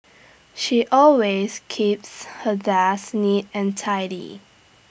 she always keeps her desk neat and tidy